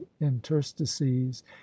interstices